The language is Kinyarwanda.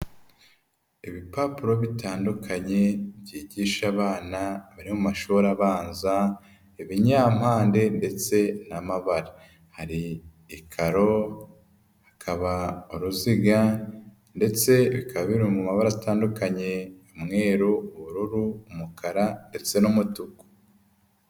Ibipapuro bitandukanye byigisha abana biri mu mashuri abanza ibyampande ndetse n'amabara hari ikaro hakaba uruziga ndetse bikaba biri mu mabara atandukanye umweru, ubururu, umukara, ndetse n'umutuku.